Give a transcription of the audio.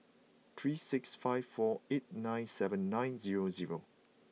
three six five four eight nine seven nine zero zero